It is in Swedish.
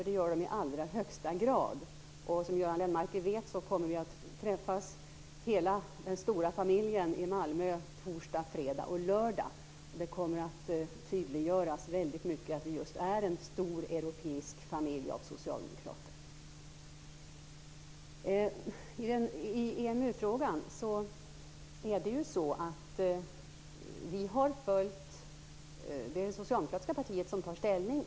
Det gör de i allra högsta grad. Som Göran Lennmarker vet kommer hela den stora familjen att träffas i Malmö på torsdag, fredag och lördag. Det kommer att tydliggöras att vi just är en stor europeisk familj av socialdemokrater. Vad gäller EMU-frågan kan jag säga att det är det socialdemokratiska partiet som tar ställning.